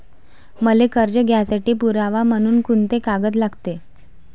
मले कर्ज घ्यासाठी पुरावा म्हनून कुंते कागद लागते?